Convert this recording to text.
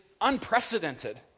unprecedented